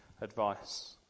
advice